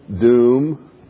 doom